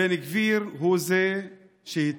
בן גביר הוא שהצית